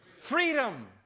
Freedom